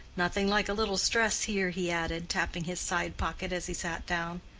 nothing like a little stress here, he added, tapping his side pocket as he sat down.